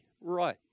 right